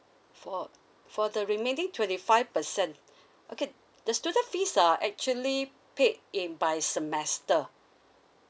for for the remaining twenty five percent okay the student fees are actually paid in by semester